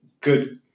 good